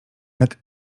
jak